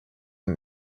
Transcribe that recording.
und